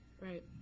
Right